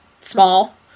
small